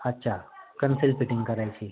अच्छा conceal fitting करायची